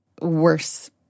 worse